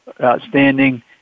outstanding